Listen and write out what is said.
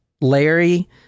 Larry